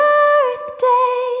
Birthday